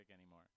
anymore